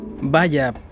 Vaya